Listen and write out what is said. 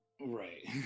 Right